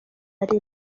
ari